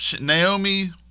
Naomi